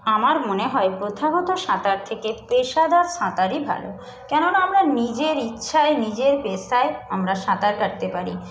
আমার মনে হয় প্রথাগত সাঁতার থেকে পেশাদার সাঁতারই ভালো কেননা আমরা নিজের ইচ্ছায় নিজের পেশায় আমরা সাঁতার কাটতে পারি